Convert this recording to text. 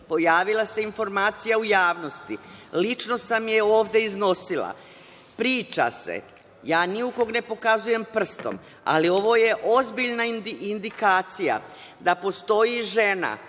pojavila informacija u javnosti. Lično sam je ovde iznosila. Priča se, ja ni u koga ne pokazujem prstom, ali ovo je ozbiljna indikacija, da postoji žena